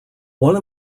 one